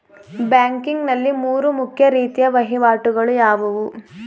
Banking ನಲ್ಲಿ ಮೂರು ಮುಖ್ಯ ರೀತಿಯ ವಹಿವಾಟುಗಳು ಯಾವುವು?